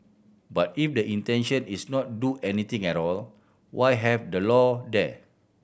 but if the intention is not do anything at all why have the law there